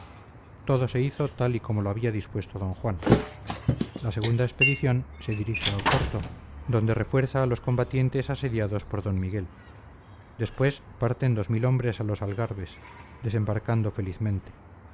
todo se hizo tal y como lo había dispuesto d juan la segunda expedición se dirige a oporto donde refuerza a los combatientes asediados por d miguel después parten dos mil hombres a los algarbes desembarcando felizmente